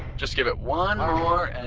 just give it one more, and